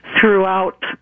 throughout